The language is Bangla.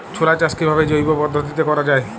ছোলা চাষ কিভাবে জৈব পদ্ধতিতে করা যায়?